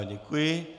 Děkuji.